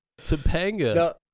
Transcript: Topanga